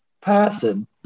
person